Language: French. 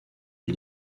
est